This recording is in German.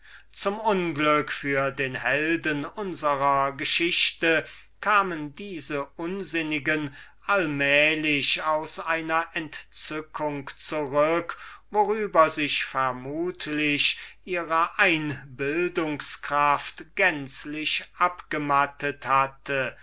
zum unglück für den helden unsrer geschichte kamen diese unsinnigen allmählich aus einer entzückung zurück worüber sich vermutlich ihre einbildungskraft gänzlich abgemattet hatte